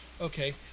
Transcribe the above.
Okay